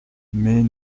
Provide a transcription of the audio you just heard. mais